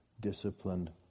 disciplined